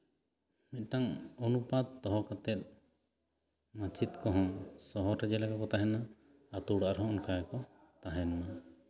ᱢᱤᱫᱴᱟᱱ ᱚᱱᱩᱯᱟᱛ ᱫᱚᱦᱚ ᱠᱟᱛᱮᱫ ᱢᱟᱪᱮᱫ ᱠᱚᱦᱚᱸ ᱥᱚᱦᱚᱨ ᱨᱮ ᱪᱮᱫ ᱞᱮᱠᱟ ᱠᱚ ᱛᱟᱦᱮᱸᱱᱟ ᱟᱹᱛᱩ ᱚᱲᱟᱜ ᱨᱮᱦᱚᱸ ᱚᱱᱠᱟ ᱜᱮᱠᱚ ᱛᱟᱦᱮᱱ ᱢᱟ